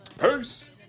peace